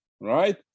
right